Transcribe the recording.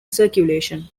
circulation